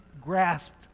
grasped